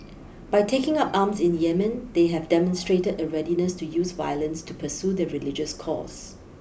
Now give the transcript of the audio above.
by taking up arms in Yemen they have demonstrated a readiness to use violence to pursue their religious cause